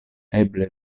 eble